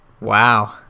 wow